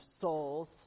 souls